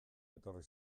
etorri